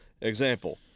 example